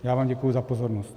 Já vám děkuji za pozornost.